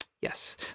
Yes